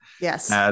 yes